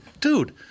dude